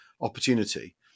opportunity